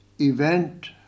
Event